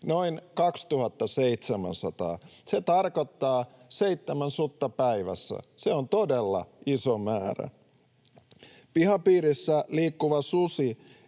noin 2 700. Se tarkoittaa seitsemää sutta päivässä. Se on todella iso määrä. Pihapiirissä liikkuva susi